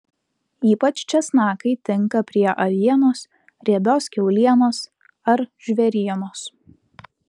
ypač česnakai tinka prie avienos riebios kiaulienos ar žvėrienos